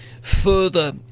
further